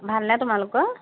ভালনে তোমালোকৰ